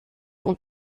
und